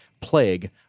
Plague